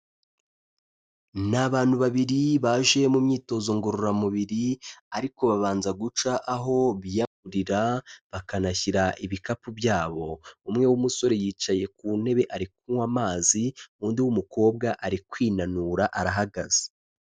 Ni abantu babiri baje mu myitozo ngororamubiri ariko babanza guca aho biyamburira bakanashyira ibikapu byabo, umwe w'umusore yicaye ku ntebe ari kunywa amazi, undi w'umukobwa ari kwinanura arahagaze.